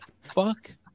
fuck